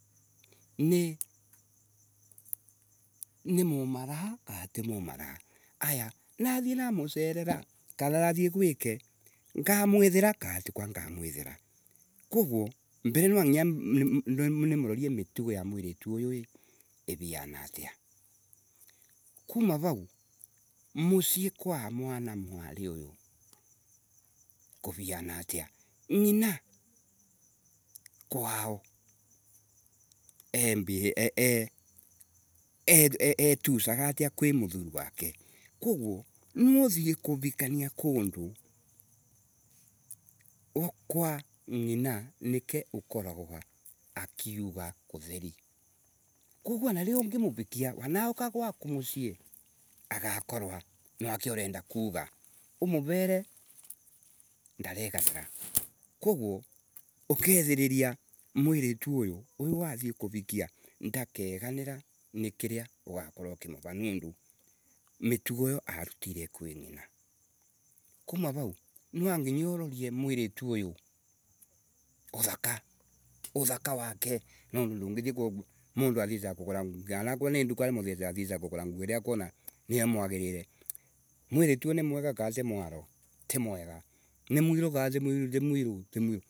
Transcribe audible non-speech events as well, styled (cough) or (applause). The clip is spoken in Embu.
Nii ni mumarua kana ti mumaraa, haya nathii na mucerera. kana nathii gwike, ngamwithira kaa tiko ngamwitira, koguo no mb (hesitation) mbere nwanginya nimurorie mitugo ya mwiritu huyo I iviana atia Kuna rau, mucii kwa a mwanamwari uyu kuriana atia Ngina, kwao e beha e- e- etusaga atia kwi muthuri wake. Koguo, nwothii kurikania kundu, no kw angina nike ukoragwa akiuga. Kutheri koguo anariria ungimurikia ana auka gwaku mucii, aaakorwa nake urenda koga. Umurere, ndoreganir koguo (noise) ukethirira mwiritu huyu, huyu wathii kurikia, ndakeganira ni kiria wakorwa ukimura nundu. Mitugo iyo arutire kwi ngina. Kuma rau, nwanginya urorie mwiritu, huyu uthaka, uthaka wake. Nundu ndungithi kumundu athiiciaga ku. anakorwo ni ndukari mundu athacaga kugura nguo iria akwona niyo imwagirire. Mwiritu huyu ni mwega kaa ti mwaro Ti mwega. Ni mwiru kaa ti mwiru Ti mwiru.